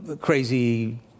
crazy